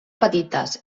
petites